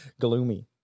gloomy